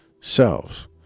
selves